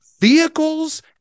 vehicles